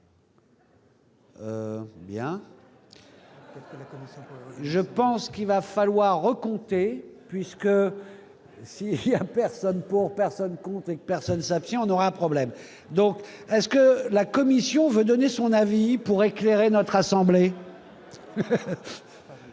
Je pense qu'il va falloir recompter, puisque personne pour personne, personne s'abstient, on aura un problème donc est-ce que la Commission veut donner son avis pour éclairer notre assemblée.